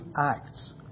acts